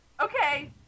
Okay